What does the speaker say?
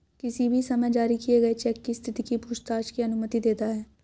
किसी भी समय जारी किए चेक की स्थिति की पूछताछ की अनुमति देता है